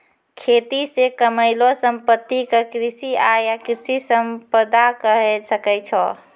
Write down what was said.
खेती से कमैलो संपत्ति क कृषि आय या कृषि संपदा कहे सकै छो